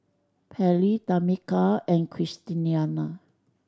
Pairlee Tamika and Christiana